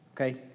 okay